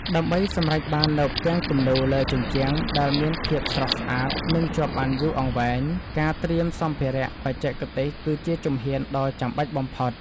ដើម្បីសម្រេចបាននូវផ្ទាំងគំនូរលើជញ្ជាំងដែលមានភាពស្រស់ស្អាត និងជាប់បានយូរអង្វែង ការត្រៀមសម្ភារៈបច្ចេកទេសគឺជាជំហានដ៏ចាំបាច់បំផុត។